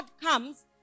comes